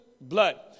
blood